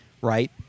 right